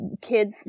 kids